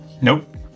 Nope